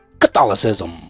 catholicism